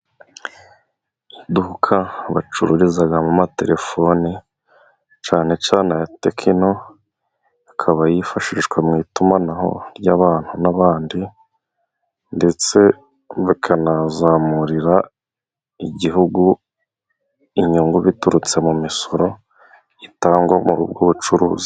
Iduka bacururizamo amatelefoni cyane cyane aya Tekinoe. Akaba yifashishwa mu itumanaho ry'abantu n'abandi, ndetse bakanazamurira Igihugu inyungu, biturutse mu misoro itangwa muri ubwo bucuruzi.